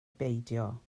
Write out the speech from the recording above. beidio